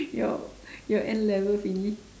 your your N-level finish